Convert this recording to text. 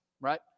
right